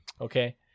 Okay